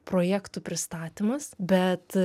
projektų pristatymas bet